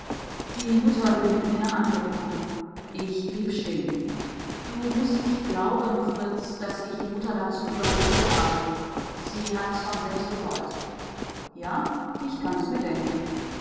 die mutter will mit mir nach amerika ich blieb stehen du mußt nicht glauben fritz daß ich mutter dazu überredet habe sie hat es von selbst gewollt ja ich kann es mir denken